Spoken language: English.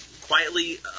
quietly